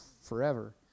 forever